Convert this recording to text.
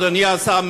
אדוני השר,